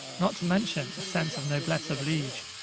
not to mention a sense of noblesse oblige.